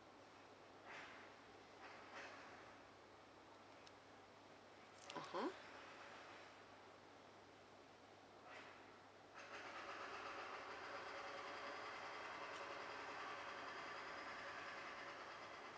(uh huh)